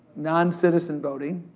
non-citizen voting.